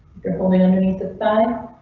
you're holding underneath the but